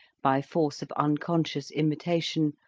by force of unconscious imitation,